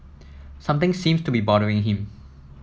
something seems to be bothering him